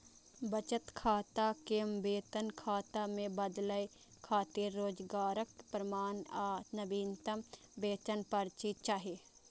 बचत खाता कें वेतन खाता मे बदलै खातिर रोजगारक प्रमाण आ नवीनतम वेतन पर्ची चाही